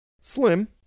slim